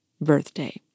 birthday